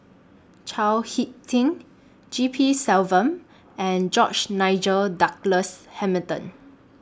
Chao Hick Tin G P Selvam and George Nigel Douglas Hamilton